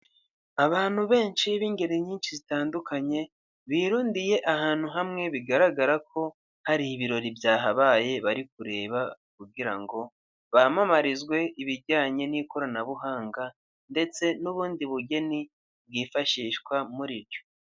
Abantu benshi b'ingeri nyinshi zitandukanye birundiye ahantu hamwe bigaragara ko hari ibirori byahabaye bari kureba kugira ngo bamamarizwe ibijyanye n'ikoranabuhanga, ndetse n'ubundi bugeni bwifashishwa muri ibyo.